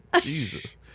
jesus